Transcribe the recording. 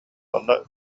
онно